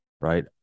Right